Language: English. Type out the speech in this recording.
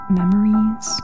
memories